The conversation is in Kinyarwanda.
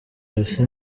uwase